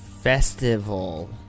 festival